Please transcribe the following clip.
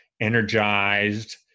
energized